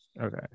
okay